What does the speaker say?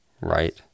right